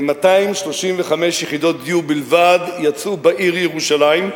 235 יחידות דיור בלבד יצאו בעיר ירושלים,